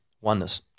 Oneness